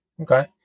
Okay